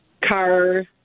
car